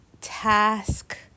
task